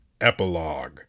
Epilogue